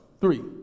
Three